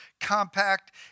compact